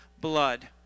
blood